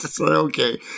okay